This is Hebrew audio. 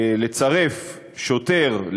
לצרף שוטר,